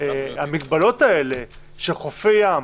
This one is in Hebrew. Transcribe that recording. המגבלות האלה של חופי ים,